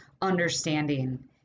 understanding